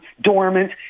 dormant